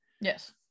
Yes